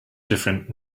different